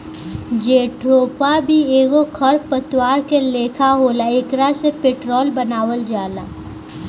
jatropha भी एगो खर पतवार के लेखा होला एकरा से पेट्रोल बनावल जाला